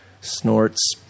snorts